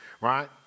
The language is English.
right